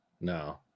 No